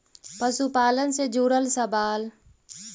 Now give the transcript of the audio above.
पशुपालन से जुड़ल सवाल?